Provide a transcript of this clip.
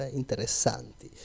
interessanti